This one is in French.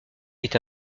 est